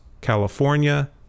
California